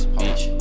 bitch